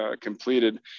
completed